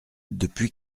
depuis